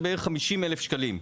של 50,000 ₪,